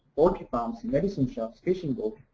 working pumps, medicine shops, fishing boat,